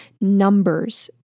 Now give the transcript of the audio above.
numbers